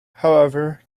however